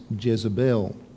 Jezebel